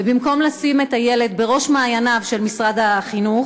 ובמקום לשים את הילד בראש מעייניו של משרד החינוך,